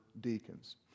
deacons